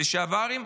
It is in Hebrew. לשעברים,